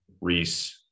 Reese